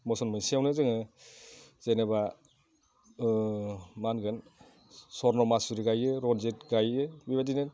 मसन मोनसेयावनो जोङो जेनेबा मा होनगोन सरन' मासुरि गायो रनजित गायो बेबायदिनो